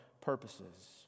purposes